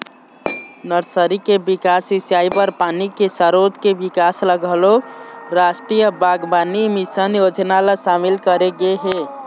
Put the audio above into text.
nursery के बिकास, सिंचई बर पानी के सरोत के बिकास ल घलोक रास्टीय बागबानी मिसन योजना म सामिल करे गे हे